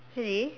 really